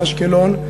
מאשקלון,